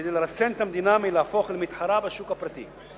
כדי לרסן את המדינה מלהפוך למתחרה בשוק הפרטי.